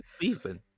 season